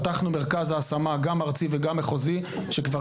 פתחנו מרכז השמה גם ארצי וגם מחוזי שכבר